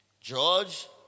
George